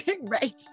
Right